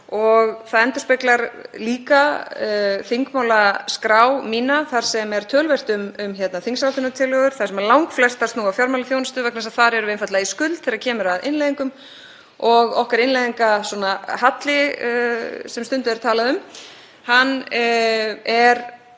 og það endurspeglar líka þingmálaskrá mína þar sem töluvert er um þingsályktunartillögur sem langflestar snúa að fjármálaþjónustu vegna þess að við erum einfaldlega í skuld þegar kemur að innleiðingum og okkar innleiðingahalli, sem stundum er talað um, er